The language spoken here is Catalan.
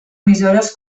emissores